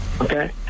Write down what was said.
Okay